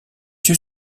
yeux